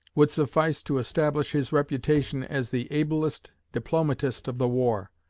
would suffice to establish his reputation as the ablest diplomatist of the war.